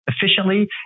efficiently